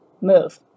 move